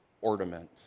ornament